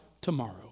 tomorrow